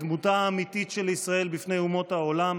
דמותה האמיתית של ישראל בפני אומות העולם: